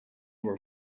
door